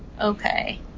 Okay